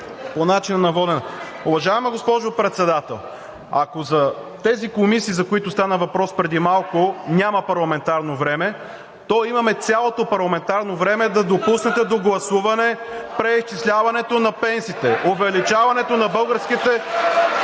По начина на водене. Уважаема госпожо Председател, ако за тези комисии, за които стана въпрос преди малко, няма парламентарно време, то имаме цялото парламентарно време да допуснете до гласуване преизчисляването на пенсиите, увеличаването на пенсиите